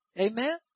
Amen